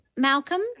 Malcolm